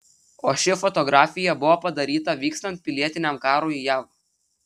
o ši fotografija buvo padaryta vykstant pilietiniam karui jav